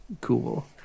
cool